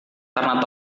karena